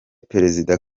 perezida